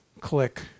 click